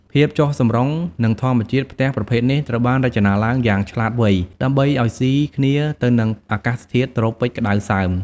ភាពចុះសម្រុងនឹងធម្មជាតិ ផ្ទះប្រភេទនេះត្រូវបានរចនាឡើងយ៉ាងឆ្លាតវៃដើម្បីឲ្យស៊ីគ្នាទៅនឹងអាកាសធាតុត្រូពិចក្តៅសើម ។